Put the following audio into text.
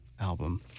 album